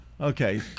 Okay